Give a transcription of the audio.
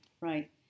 right